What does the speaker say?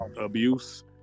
abuse